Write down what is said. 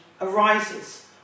arises